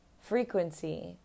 frequency